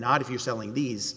not if you're selling these